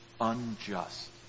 unjust